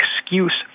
excuse